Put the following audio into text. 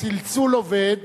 הצלצול עובד,